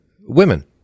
women